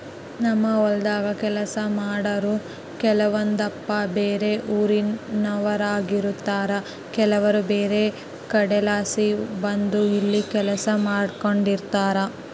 ನಮ್ಮ ಹೊಲದಾಗ ಕೆಲಸ ಮಾಡಾರು ಕೆಲವೊಂದಪ್ಪ ಬ್ಯಾರೆ ಊರಿನೋರಾಗಿರುತಾರ ಕೆಲವರು ಬ್ಯಾರೆ ಕಡೆಲಾಸಿ ಬಂದು ಇಲ್ಲಿ ಕೆಲಸ ಮಾಡಿಕೆಂಡಿರ್ತಾರ